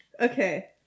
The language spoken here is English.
Okay